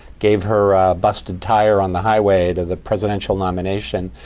gave her a busted tire on the highway to the presidential nomination.